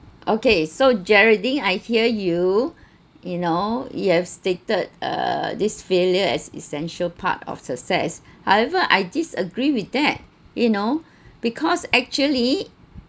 okay so jeraldine I hear you you know you've stated err this failure as essential part of success however I disagree with that you know because actually